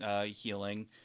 healing